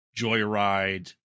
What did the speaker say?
Joyride